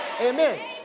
Amen